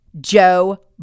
Joe